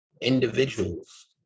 individuals